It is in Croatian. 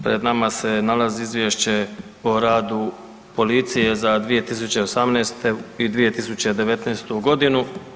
Pred nama se nalazi Izvješće o radu policije za 2018. i 2019. godinu.